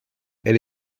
elle